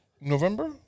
November